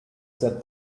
set